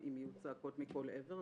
אם יהיו צעקות מכל עבר.